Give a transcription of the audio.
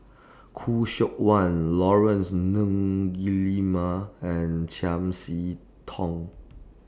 Khoo Seok Wan Laurence Nunns Guillemard and Chiam See Tong